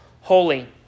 holy